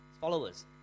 followers